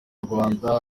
rwanda